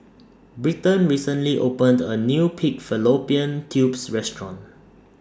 Britton recently opened A New Pig Fallopian Tubes Restaurant